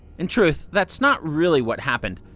in truth, that's not really what happened.